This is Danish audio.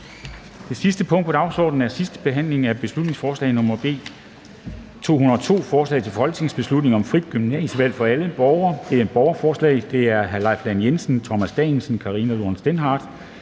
Det sidste punkt på dagsordenen er: 57) 2. (sidste) behandling af beslutningsforslag nr. B 202: Forslag til folketingsbeslutning om frit gymnasievalg for alle (borgerforslag). Af Leif Lahn Jensen (S), Thomas Danielsen (V), Karina Lorentzen Dehnhardt